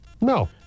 No